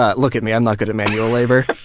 ah look at me, i'm not good at manual labor.